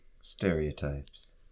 stereotypes